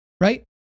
right